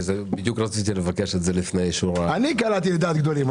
כי בדיוק רציתי לבקש את זה לפני אישור --- אני קלעתי לדעת גדולים.